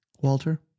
Walter